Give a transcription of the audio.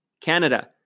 Canada